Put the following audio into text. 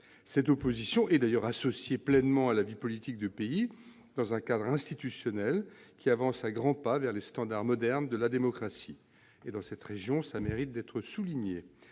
Cette opposition est d'ailleurs pleinement associée à la vie politique du pays dans un cadre institutionnel qui avance à grands pas vers les standards modernes de la démocratie. Dans cette région, cela doit être souligné.